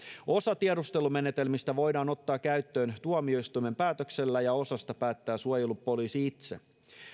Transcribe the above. osa tiedustelumenetelmistä voidaan ottaa käyttöön tuomioistuimen päätöksellä ja osasta päättää suojelupoliisi itse